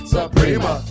Suprema